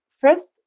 first